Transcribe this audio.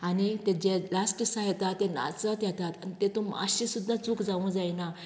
आनी तेचेर लास्ट दिसा येता तेन्ना नाचत येतात तेतूंत मात्शें सुद्दां चूक जावूंक जायना